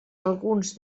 alguns